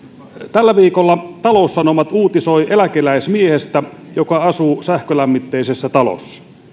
tällä viikolla taloussanomat uutisoi eläkeläismiehestä joka asuu sähkölämmitteisessä talossa